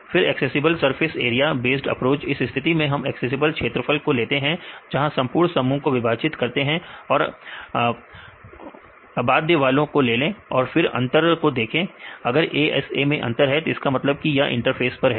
फिर accessible surface area based approach इस स्थिति में हम एक्सेसिबल क्षेत्रफल को लेते हैं जहां संपूर्ण समूह को विभाजित करते हैं और अबाध वालों को ले ले और फिर अंतर को देखें अगर ASA मैं अंतर है तो इसका मतलब कि यह इंटरफेस पर है